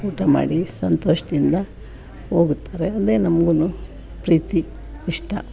ಊಟ ಮಾಡಿ ಸಂತೋಷದಿಂದ ಹೋಗುತ್ತಾರೆ ಅದೇ ನಮ್ಗು ಪ್ರೀತಿ ಇಷ್ಟ